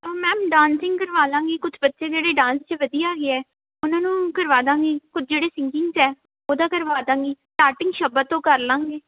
ਉਹ ma'am dancing ਕਰਵਾ ਲਾਂਗੀ ਕੁਛ ਬੱਚੇ ਜਿਹੜੇ ਡਾਂਸ 'ਚ ਵਧੀਆ ਹੈਗੇ ਹੈ ਉਹਨਾਂ ਨੂੰ ਕਰਵਾ ਦਾਂਗੀ ਕੁਛ ਜਿਹੜੇ ਸਿਗਿੰਗ 'ਚ ਉਹਦਾ ਕਰਵਾ ਦਾਂਗੀ ਸਟਾਟਿੰਗ ਸ਼ਬਦ ਤੋਂ ਕਰ ਲਾਂਗੇ